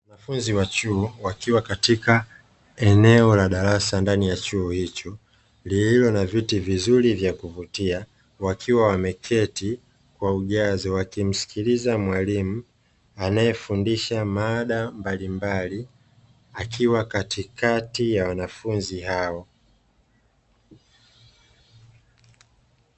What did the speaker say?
Wanafunzi wa chuo wakiwa katika eneo la darasa ndani ya chuo hicho, lililo na viti vizuri vya kuvutia, wakiwa wameketi kwa ujazi wakimsikiliza mwalimu anayefundisha mada mbalimbali akiwa katikati ya wanafunzi hao.